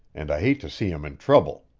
and i hate to see him in trouble.